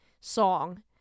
song